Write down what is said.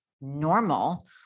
normal